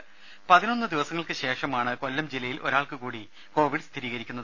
ദരദ പതിനൊന്നു ദിവസങ്ങൾക്കു ശേഷമാണ് കൊല്ലം ജില്ലയിൽ ഒരാൾക്കുകൂടി കോവിഡ് സ്ഥിരീകരിക്കുന്നത്